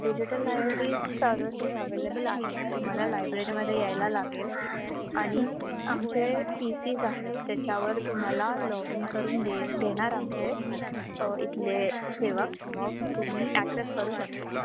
digital library services available आहे तुम्हाला लायब्ररीमध्ये यायला लागेल आणि आमचे पी सीज आहेत त्याच्यावर तुम्हाला लॉग इन करून दे देणार आमचे इथले सेवक मग तुम्ही ॲक्सेस करू शकता